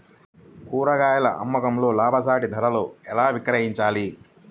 కూరగాయాల అమ్మకంలో లాభసాటి ధరలలో ఎలా విక్రయించాలి?